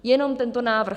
Jenom tento návrh.